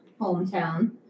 hometown